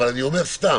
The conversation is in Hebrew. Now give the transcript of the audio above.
אבל אני אומר סתם